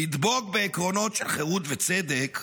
לדבוק בעקרונות של חירות וצדק,